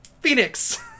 Phoenix